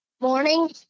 morning